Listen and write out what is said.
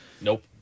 Nope